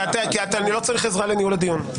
כי אני לא צריך עזרה לניהול הדיון.